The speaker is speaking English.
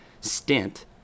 stint